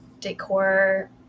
decor